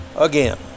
Again